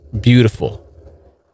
beautiful